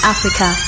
Africa